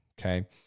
Okay